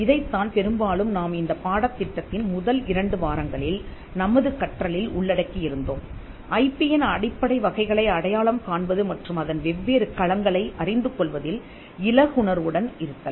இதைத்தான் பெரும்பாலும் நாம் இந்த பாடத் திட்டத்தின் முதல் இரண்டு வாரங்களில் நமது கற்றலில் உள்ளடக்கியிருந்தோம் ஐபி யின் அடிப்படை வகைகளை அடையாளம் காண்பது மற்றும் அதன் வெவ்வேறு களங்களை அறிந்துகொள்வதில் இலகுணர்வுடன் இருத்தல்